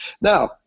Now